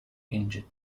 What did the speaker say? injured